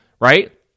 right